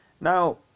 Now